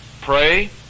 Pray